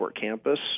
Campus